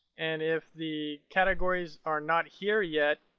and if the categories are not here yet,